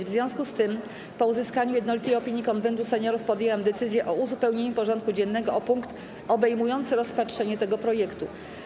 W związku z tym po uzyskaniu jednolitej opinii Konwentu Seniorów podjęłam decyzję o uzupełnieniu porządku dziennego o punkt obejmujący rozpatrzenie tego projektu.